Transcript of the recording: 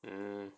mm